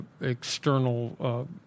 external